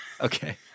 Okay